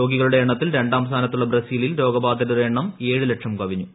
രോഗികളുടെ എണ്ണത്തിൽ രണ്ടാം സ്ഥാനത്തുള്ള ബ്രസീലിൽ രോഗബാധിതരുടെ എണ്ണം ഏഴ് ലക്ഷം കവിഞ്ഞു